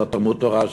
לתלמוד-תורה שלי.